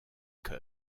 cup